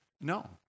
no